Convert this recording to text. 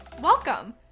Welcome